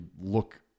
look